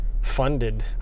funded